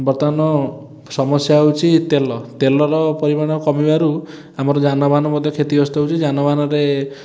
ବର୍ତ୍ତମାନ ସମସ୍ୟା ହେଉଛି ତେଲ ତେଲର ପରିମାଣ କମିବାରୁ ଆମର ଯାନବାହାନ ମଧ୍ୟ କ୍ଷତିଗ୍ରସ୍ତ ହେଉଛି ଯାନବାହାନରେ